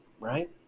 right